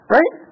Right